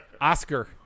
Oscar